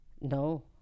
no